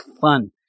fun